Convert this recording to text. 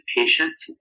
patients